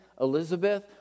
Elizabeth